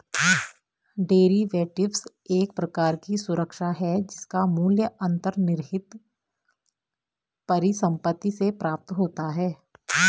derivatives एक प्रकार की सुरक्षा है जिसका मूल्य अंतर्निहित परिसंपत्ति से प्राप्त होता है